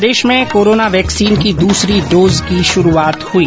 प्रदेश में corona vaccine की दूसरी डोज की शुरूआत हुई